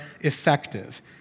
effective